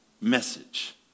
message